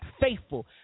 faithful